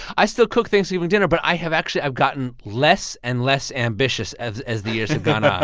i still cook thanksgiving dinner, but i have actually i've gotten less and less ambitious as as the years have gone on